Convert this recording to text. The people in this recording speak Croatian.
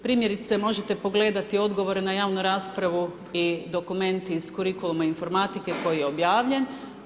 Primjerice možete pogledati odgovore na javnu raspravu i dokumenti iz Kurikuluma informatike koji je objavljen.